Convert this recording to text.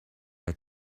had